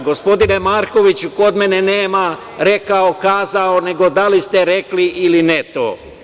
Gospodine Markoviću, kod mene nema rekao – kazao, nego da li ste rekli ili ne to?